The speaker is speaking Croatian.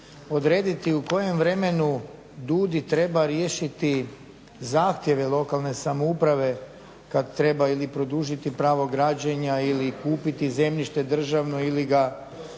odrediti u kojem vremenu DUDI treba riješiti zahtjeve lokalne samouprave kad treba ili produžiti pravo građenja ili kupiti zemljište državno ili ga